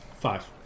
Five